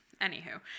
Anywho